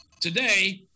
Today